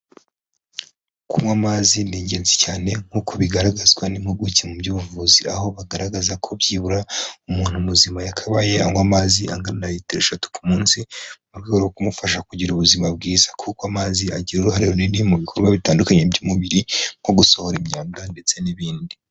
Kunywa amazi ni ingenzi cyane nk'uko bigaragazwa n'impuguke mu by'ubuvuzi. Aho bagaragaza ko byibura umuntu muzima yakabaye anywa amazi angana litiro eshatu ku munsi, mu rwego rwo kumufasha kugira ubuzima bwiza. Kuko amazi agira uruhare runini mu bikorwa bitandukanye by'umubiri, nko gusohora imyanda ndetse n'ibindi.